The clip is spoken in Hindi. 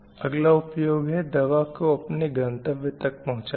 अगला उपयोग है दवा को अपने गंतव्य तक पहुँचाना